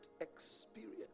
experience